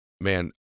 man